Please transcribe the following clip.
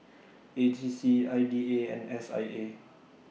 A G C I D A and S I A